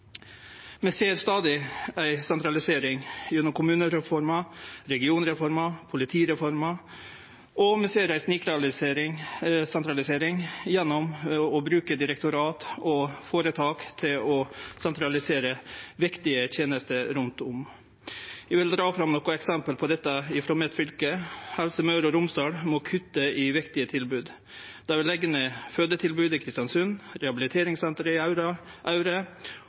Vi ser stadig ei sentralisering – gjennom kommunereforma, regionreforma, politireforma – og vi ser ei sniksentralisering gjennom å bruke direktorat og føretak til å sentralisere viktige tenester rundt om. Eg vil dra fram nokre eksempel på dette ifrå mitt fylke: Helse Møre og Romsdal må kutte i viktige tilbod. Dei vil leggje ned fødetilbodet i Kristiansund, rehabiliteringssenteret i Aure